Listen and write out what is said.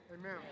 Amen